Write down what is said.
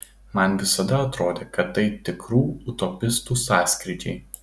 man visada atrodė kad tai tikrų utopistų sąskrydžiai